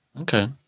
Okay